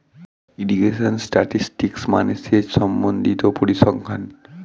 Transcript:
irrigation statistics মানে সেচ সম্বন্ধিত পরিসংখ্যান